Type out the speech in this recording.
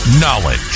Knowledge